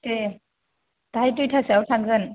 दे दाहाय दुइथासोयाव थांगोन